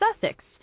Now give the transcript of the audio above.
Sussex